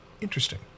interesting